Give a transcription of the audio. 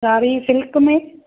sari silk में